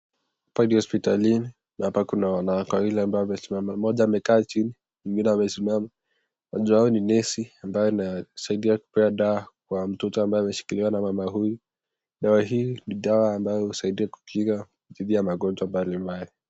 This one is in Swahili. Hapa ni hosipitalini na hapa kuna wanawake wawili ambao wamesimama, mmoja amekaa chini, mwingine amesimama, mmoja wao ni nesi ambaye anasaidia kupea dawa kwa mtoto ambaye ameshikiliwa na mama huyu, dawa hii ni dawa ambayo husaidia kukinga dhidi ya magonjwa mbalimbali.